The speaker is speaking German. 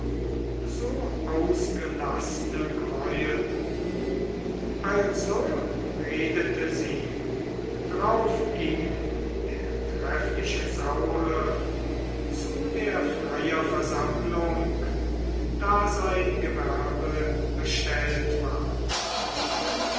so ausgelassene greuel also redete sie drauf ging der treffliche sauhirt zu der freier versammlung da sein gewerbe bestellt war und